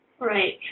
Right